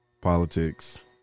politics